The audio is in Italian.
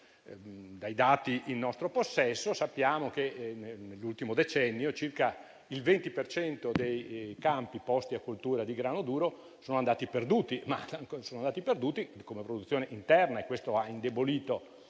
Dai dati in nostro possesso, sappiamo che nell'ultimo decennio circa il 20 per cento dei campi posti a cultura di grano duro sono andati perduti come produzione interna e questo ha indebolito